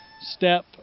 step